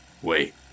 Wait